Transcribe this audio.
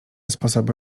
sposoby